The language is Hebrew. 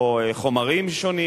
או חומרים שונים,